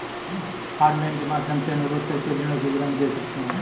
hotline के माध्यम से अनुरोध करके ऋण विवरण देख सकते है